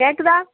கேட்குதா